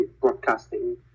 broadcasting